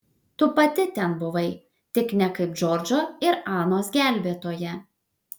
tu pati ten buvai tik ne kaip džordžo ir anos gelbėtoja